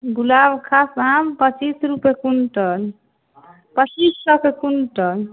गुलाबखास आम पचीस रुपैए क्विन्टल पचीस सओके क्विन्टल